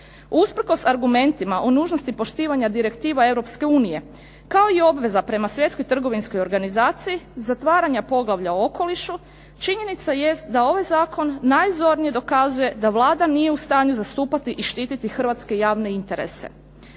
Usprkos argumentima o nužnosti poštivanja direktiva Europske unije, kao i obveza prema Svjetskoj trgovinskoj organizaciji, zatvaranje poglavlja o okolišu, činjenica jest da ovaj zakon najzornije dokazuje da Vlada nije u stanju zastupati i štititi hrvatske javne interese,